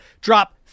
drop